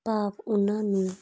ਭਾਵ ਉਹਨਾਂ ਨੂੰ